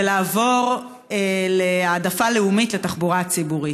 ולעבור להעדפה לאומית של תחבורה ציבורית?